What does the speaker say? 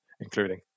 including